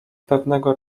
pewnego